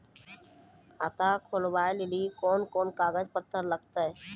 खाता खोलबाबय लेली कोंन कोंन कागज पत्तर लगतै?